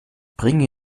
bringe